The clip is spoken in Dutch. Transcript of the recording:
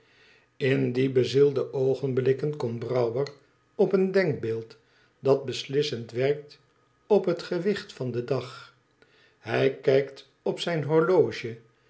in die bezielde oogenblikken komt brouwer op een denkbeeld dat beslissend werkt op het gewicht van den dag hij kijkt op zijn horloge